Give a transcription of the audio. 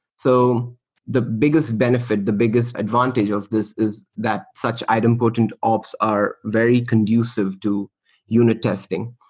so the biggest benefit, the biggest advantage of this is that such item-potent ops are very conducive to unit testing.